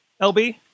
LB